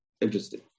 Interesting